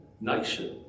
nation